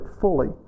fully